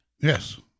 Yes